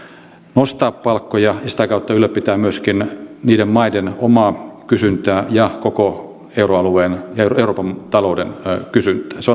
nostaa palkkoja ja sitä kautta ylläpitää myöskin niiden maiden omaa kysyntää ja koko euroalueen ja euroopan talouden kysyntää se